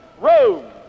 Rome